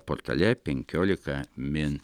portale penkiolika min